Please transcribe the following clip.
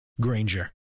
Granger